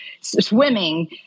swimming